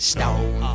Stone